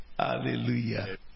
hallelujah